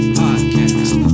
podcast